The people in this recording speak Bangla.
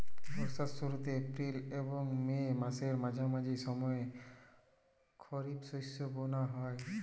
বর্ষার শুরুতে এপ্রিল এবং মে মাসের মাঝামাঝি সময়ে খরিপ শস্য বোনা হয়